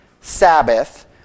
Sabbath